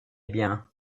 bien